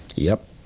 yup.